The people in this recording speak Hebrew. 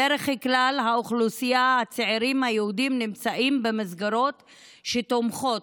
בדרך כלל האוכלוסייה של הצעירים היהודים נמצאת במסגרות שתומכות,